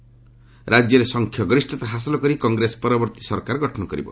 ରାକ୍ୟରେ ସଂଖ୍ୟାଗରିଷତା ହାସଲ କରି କଂଗ୍ରେସ ପରବର୍ତ୍ତୀ ସରକାର ଗଠନ କରିବ